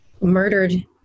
murdered